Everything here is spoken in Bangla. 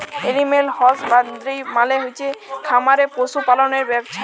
এলিম্যাল হসবান্দ্রি মালে হচ্ছে খামারে পশু পাললের ব্যবছা